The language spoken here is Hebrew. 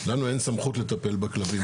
לנו אין סמכות לטפל בכלבים.